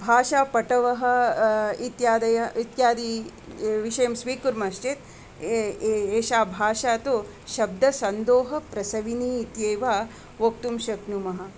भाषापटवः इत्यादय इत्यादि विषयं स्वीकुर्मश्चेत् एषा भाषा तु शब्दन्दोहप्रसविनी इत्येव वक्तुं शक्नुमः